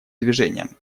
движением